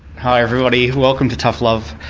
hi everybody, welcome to tough love.